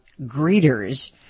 greeters